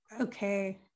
okay